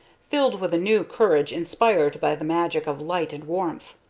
filled with a new courage inspired by the magic of light and warmth.